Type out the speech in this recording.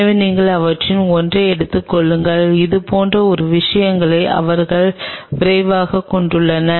எனவே நீங்கள் அவற்றில் ஒன்றை எடுத்துக் கொள்ளுங்கள் இது போன்ற ஒரு விஷயத்தை அவர்கள் விரைவாகக் கொண்டுள்ளனர்